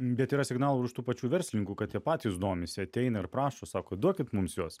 bet yra signalų iš tų pačių verslininkų kad jie patys domisi ateina ir prašo sako duokit mums juos